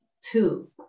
two